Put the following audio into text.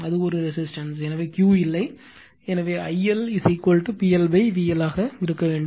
அது ஒரு ரெசிஸ்டன்ஸ் எனவே Q இல்லை எனவே I L PL VL ஆக இருக்க வேண்டும்